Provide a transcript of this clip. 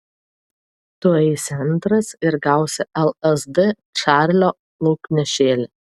tu eisi antras ir gausi lsd čarlio lauknešėlį